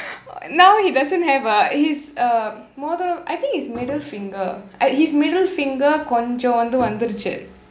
now he doesn't have a it's his uh மோதிர:mothira I think his middle finger his middle finger கொஞ்சம் வந்து வந்துருச்சு:koncham vanthu vanthuruchu